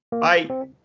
Bye